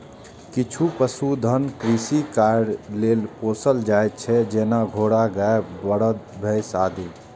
किछु पशुधन कृषि कार्य लेल पोसल जाइ छै, जेना घोड़ा, गाय, बरद, भैंस आदि